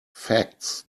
facts